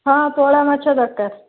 ହଁ ପୋହଳା ମାଛ ଦରକାର